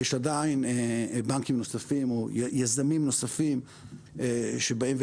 יש עדיין בנקים נוספים או יזמים נוספים שבאים,